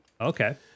Okay